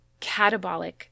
catabolic